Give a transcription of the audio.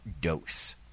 dose